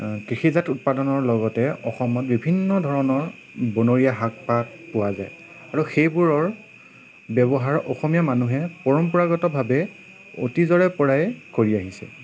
কৃষিজাত উৎপাদনৰ লগতে অসমত বিভিন্ন ধৰণৰ বনৰীয়া শাক পাত পোৱা যায় আৰু সেইবোৰৰ ব্যৱহাৰ অসমীয়া মানুহে পৰম্পৰাগতভাৱে অতীজৰে পৰাই কৰি আহিছে